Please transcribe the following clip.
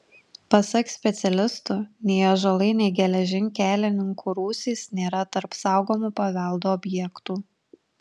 pasak specialistų nei ąžuolai nei geležinkelininkų rūsys nėra tarp saugomų paveldo objektų